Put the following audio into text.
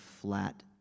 flat